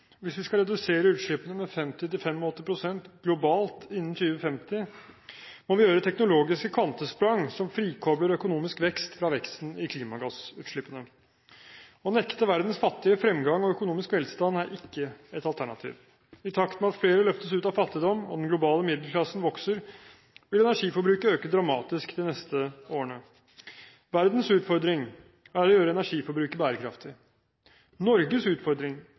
Hvis vi skal redusere utslippene med 50–85 pst. globalt innen 2050, må vi gjøre teknologiske kvantesprang som frikobler økonomisk vekst fra veksten i klimagassutslippene. Å nekte verdens fattige fremgang og økonomisk velstand, er ikke et alternativ. I takt med at flere løftes ut av fattigdom og den globale middelklassen vokser, vil energiforbruket øke dramatisk de neste årene. Verdens utfordring er å gjøre energiforbruket bærekraftig. Norges utfordring